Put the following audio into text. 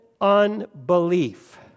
unbelief